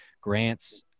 Grant's